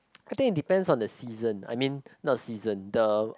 I think is depend on the season I mean not season the